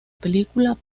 película